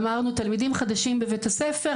אמרנו תלמידים חדשים בבית הספר,